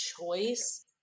choice